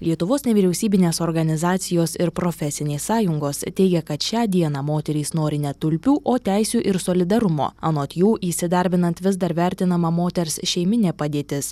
lietuvos nevyriausybinės organizacijos ir profesinės sąjungos teigia kad šią dieną moterys nori ne tulpių o teisių ir solidarumo anot jų įsidarbinant vis dar vertinama moters šeiminė padėtis